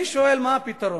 אני שואל מה הפתרון.